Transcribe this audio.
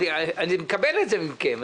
אני מקבל את זה מכם,